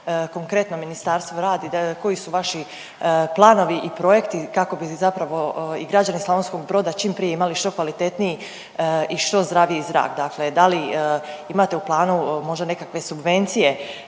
konkretno ministarstvo radi, koji su vaši planovi i projekti kako bi zapravo i građani Slavonskog Broda čim prije imali što kvalitetniji i što zdraviji zrak. Dakle da li imate u planu možda nekakve subvencije